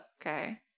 Okay